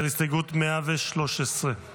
ההסתייגות לא